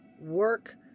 work